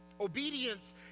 Obedience